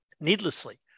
needlessly